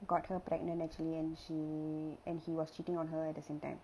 got her pregnant actually and she and he was cheating on her at the same time